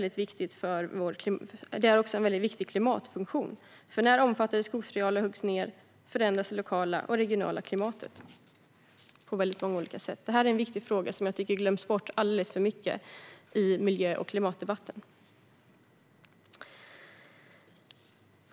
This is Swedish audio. Den har också en väldigt viktig klimatfunktion. När omfattande skogsarealer huggs ned förändras det lokala och regionala klimatet på många olika sätt. Det här är en viktig fråga som jag tycker glöms bort alldeles för mycket i miljö och klimatdebatten.